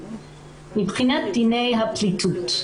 מבחינת דיני הפליטות.